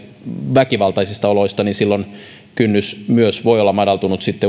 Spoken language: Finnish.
väkivaltaisista oloista niin silloin kynnys uhkaavaan käytökseen myös voi olla madaltunut